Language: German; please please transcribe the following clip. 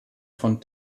von